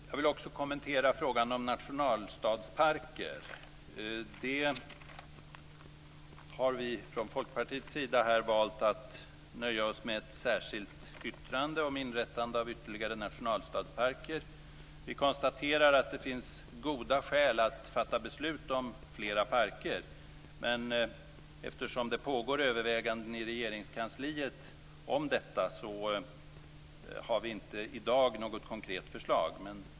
Jag vill också kommentera frågan om nationalstadsparker. Vi i Folkpartiet har valt att nöja oss med ett särskilt yttrande om inrättande av ytterligare nationalstadsparker. Vi konstaterar att det finns goda skäl att fatta beslut om flera parker, men eftersom det pågår överväganden i Regeringskansliet om detta har vi inte något konkret förslag i dag.